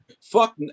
fuck